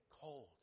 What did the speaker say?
cold